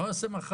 מה הוא יעשה מחר?